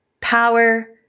power